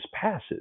passes